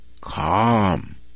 calm